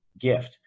gift